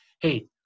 Hey